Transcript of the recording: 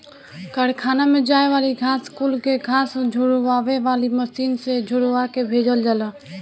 कारखाना में जाए वाली घास कुल के घास झुरवावे वाली मशीन से झुरवा के भेजल जाला